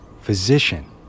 physician